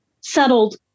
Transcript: settled